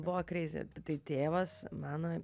buvo kreizi tai tėvas mano